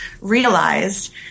realized